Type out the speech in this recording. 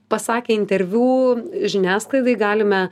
pasakė interviu žiniasklaidai galime